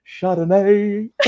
chardonnay